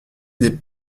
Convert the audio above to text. des